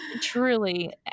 truly